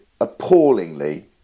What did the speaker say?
appallingly